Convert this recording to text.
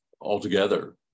altogether